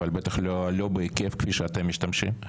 אבל בטח לא בהיקף כפי שאתם משתמשים.